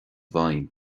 bhfeidhm